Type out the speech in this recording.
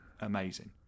amazing